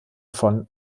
von